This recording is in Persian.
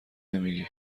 نمیگی